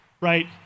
right